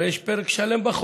הרי יש פרק שלם בחוק.